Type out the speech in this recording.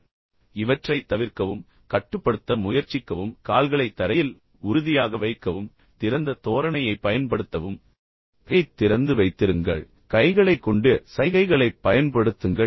எனவே இந்த விஷயங்களைத் தவிர்க்கவும் கட்டுப்படுத்த முயற்சிக்கவும் கால்களை தரையில் உறுதியாக வைக்கவும் திறந்த தோரணையைப் பயன்படுத்தவும் எனவே கையைத் திறந்து வைத்திருங்கள் மேலும் கைகளைக் கொண்டு சைகைகளைப் பயன்படுத்துங்கள்